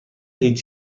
هیچ